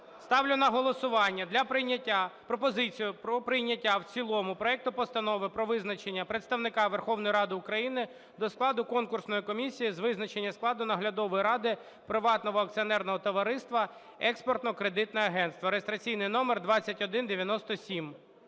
Ставлю на голосування пропозицію про прийняття в цілому проекту Постанови про визначення представника Верховної Ради України до складу конкурсної комісії з визначення складу наглядової ради приватного акціонерного товариства "Експортно-кредитне агентство" (реєстраційний номер 2197).